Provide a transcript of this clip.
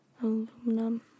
aluminum